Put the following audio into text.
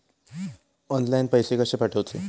Online पैसे कशे पाठवचे?